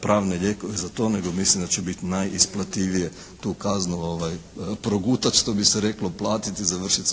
pravne lijekove za to nego mislim da će biti najisplativije tu kaznu progutati što bi se reklo platiti i završiti